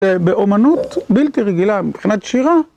באומנות בלתי רגילה, מבחינת שירה...